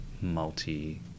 multi